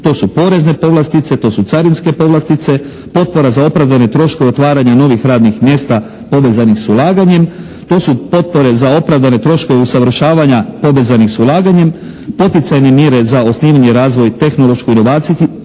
To su porezne povlastice, to su carinske povlastice, potpora za opravdane troškove otvaranja novih radnih mjesta povezanih s ulaganjem. To su potpore za opravdane troškove usavršavanja povezanih s ulaganjem, poticajne mjere za osnivanje i razvoj tehnološko-inovacijskih